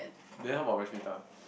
then how about